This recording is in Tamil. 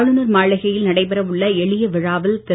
ஆளுநர் மாளிகையில் நடைபெறவுள்ள எளிய விழாவில் திரு